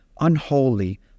unholy